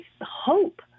hope